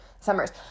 summers